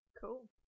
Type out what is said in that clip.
cool